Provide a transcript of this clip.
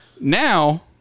now